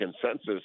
consensus